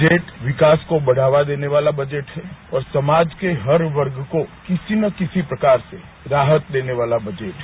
budget विकास को बढ़ावा देने वाला बजट है और समाज के हर वर्ण को किसी ना किसी प्रकार से राहत देने वाला बजट है